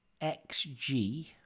xg